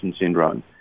syndrome